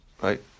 right